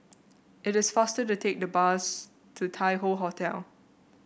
it is faster to take the bus to Tai Hoe Hotel